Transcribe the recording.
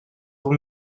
vous